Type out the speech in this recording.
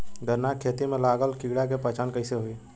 गन्ना के खेती में लागल कीड़ा के पहचान कैसे होयी?